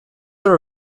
are